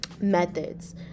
methods